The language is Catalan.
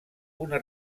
una